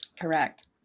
Correct